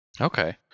Okay